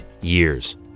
years